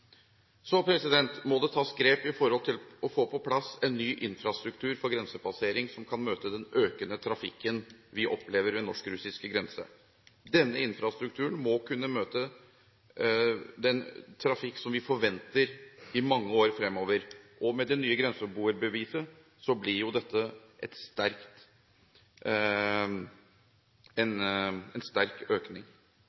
tas grep for å få på plass en ny infrastruktur for grensepassering, som kan møte den økende trafikken vi opplever ved den norsk-russiske grensen. Denne infrastrukturen må kunne møte den trafikken vi forventer i mange år fremover. Med det nye grenseboerbeviset blir